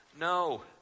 No